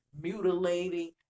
mutilating